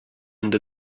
end